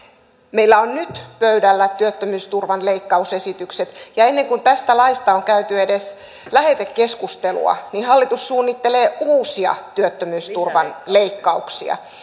meillä on nyt pöydällä työttömyysturvan leikkausesitykset ja ennen kuin tästä laista on käyty edes lähetekeskustelua hallitus suunnittelee uusia työttömyysturvan leikkauksia